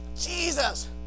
Jesus